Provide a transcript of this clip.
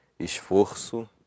esforço